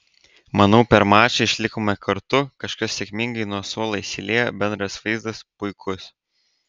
manau per mačą išlikome kartu kažkas sėkmingai nuo suolo įsiliejo bendras vaizdas puikus